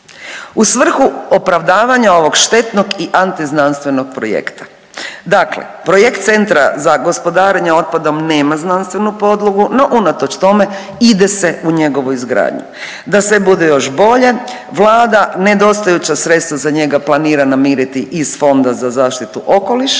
u svrhu opravdavanja ovog štetnog i antiznanstvenog projekta. Dakle, projekt centra za gospodarenje otpadom nema znanstvenu podlogu, no unatoč tome ide se u njegovu izgradnju. Da sve bude još bolje Vlada nedostajuća sredstva za njega planira namiriti iz Fonda za zaštitu okoliša